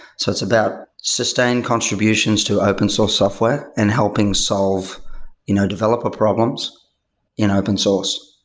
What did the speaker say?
so it's about sustain contributions to open source software and helping solve you know developer problems in open source.